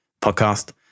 podcast